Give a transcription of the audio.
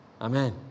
Amen